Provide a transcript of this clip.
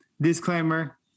disclaimer